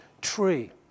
tree